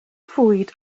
fwyd